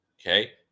okay